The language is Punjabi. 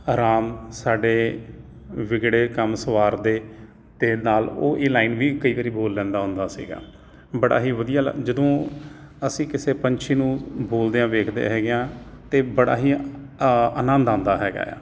ਰਾਮ ਸਾਡੇ ਵਿਗੜੇ ਕੰਮ ਸਵਾਰਦੇ ਅਤੇ ਨਾਲ ਉਹ ਇਹ ਲਾਈਨ ਵੀ ਕਈ ਵਾਰ ਬੋਲ ਲੈਂਦਾ ਹੁੰਦਾ ਸੀਗਾ ਬੜਾ ਹੀ ਵਧੀਆ ਲ ਜਦੋਂ ਅਸੀਂ ਕਿਸੇ ਪੰਛੀ ਨੂੰ ਬੋਲਦਿਆਂ ਵੇਖਦੇ ਹੈਗੇ ਹਾਂ ਤਾਂ ਬੜਾ ਹੀ ਅ ਆਨੰਦ ਆਉਂਦਾ ਹੈਗਾ ਆ